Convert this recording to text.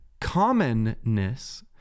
Commonness